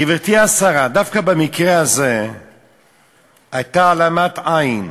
גברתי השרה, דווקא במקרה הזה הייתה העלמת עין.